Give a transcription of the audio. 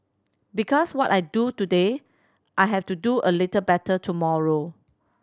because what I do today I have to do a little better tomorrow